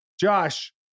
josh